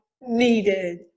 needed